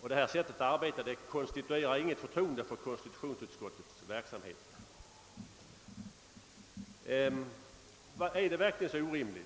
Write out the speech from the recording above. Detta sätt att arbeta konstituerar inget förtroende för konstitutionsutskottets verksamhet. Är då min begäran så orimlig?